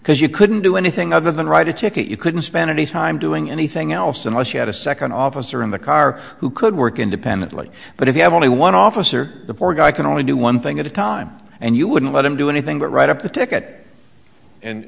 because you couldn't do anything other than write a ticket you couldn't spend any time doing anything else unless you had a second officer in the car who could work independently but if you have only one officer the poor guy can only do one thing at a time and you wouldn't let him do anything but right up the ticket and